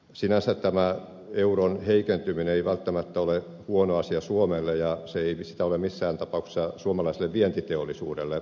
sinänsä tämä euron heikentyminen ei välttämättä ole huono asia suomelle ja se ei sitä ole missään tapauksessa suomalaiselle vientiteollisuudelle